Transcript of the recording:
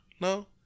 No